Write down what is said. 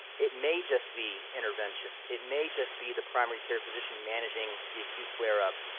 it may just be intervention. it may just be the primary care physician managing the acute flare-up.